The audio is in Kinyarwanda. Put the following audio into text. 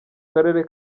karere